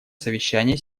совещание